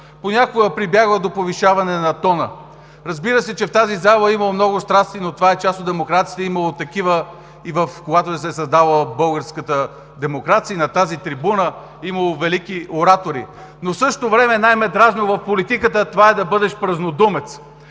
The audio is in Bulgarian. понякога прибягва до повишаване на тона. Разбира се, че в тази зала е имало много страсти, но това е част от демокрацията. Имало е такива, когато се е създавала българската демокрация, и на тази трибуна е имало велики оратори. В същото време най ме дразни в политиката това да бъдеш празнодумец